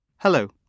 Hello